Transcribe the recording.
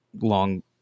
long